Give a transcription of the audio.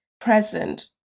present